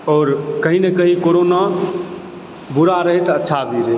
आओर कही ने कही कोरोना बुरा रहए तऽ अच्छा भी रहए